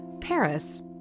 Paris